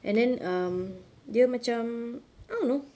and then um dia macam I don't know